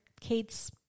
kate's